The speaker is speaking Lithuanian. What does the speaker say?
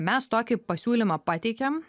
mes tokį pasiūlymą pateikėm